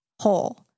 whole